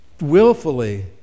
Willfully